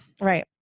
Right